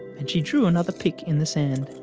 and she drew another pic in the sand.